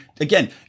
again